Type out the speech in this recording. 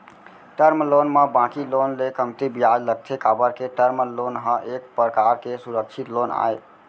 term loan म बाकी loan ले कमती बियाज लगथे काबर के टर्म लोन ह एक परकार के सुरक्छित लोन आय